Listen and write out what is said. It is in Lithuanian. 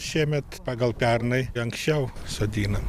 šiemet pagal pernai anksčiau sodinam